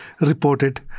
reported